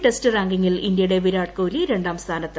test റാങ്കിംഗിൽ ഇന്ത്യയുടെ വിരാട് കോഹ്ലി രണ്ടാം സ്ഥാനത്ത്